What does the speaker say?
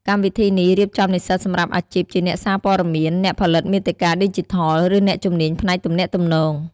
កម្មវិធីនេះរៀបចំនិស្សិតសម្រាប់អាជីពជាអ្នកសារព័ត៌មាន អ្នកផលិតមាតិកាឌីជីថល ឬអ្នកជំនាញផ្នែកទំនាក់ទំនង។